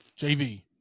JV